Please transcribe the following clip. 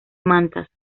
mantas